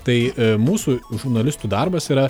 tai mūsų žurnalistų darbas yra